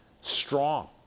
strong